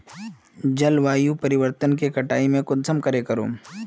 जलवायु परिवर्तन के कटाई में कुंसम करे करूम?